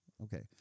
Okay